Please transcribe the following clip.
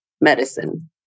medicine